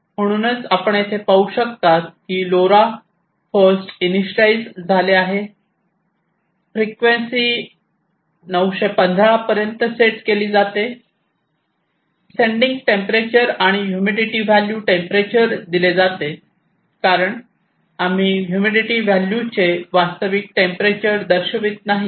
म्हणूनच आपण येथे पाहू शकता की लोरा फर्स्ट ईनीशीयलाईज झाले आहे फ्रिक्वेन्सी 915 पर्यंत सेट केली जाते सेंडिंग टेंपरेचर आणि ह्युमिडिटी व्हॅल्यू टेंपरेचर दिले जाते कारण आम्ही ह्युमिडिटी व्हॅल्यू चे वास्तविक टेंपरेचर दर्शवित नाही